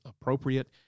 appropriate